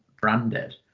branded